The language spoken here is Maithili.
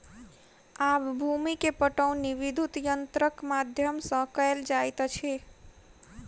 आब भूमि के पाटौनी विद्युत यंत्रक माध्यम सॅ कएल जाइत अछि